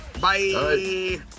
Bye